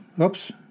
oops